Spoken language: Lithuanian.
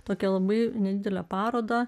tokią labai nedidelę parodą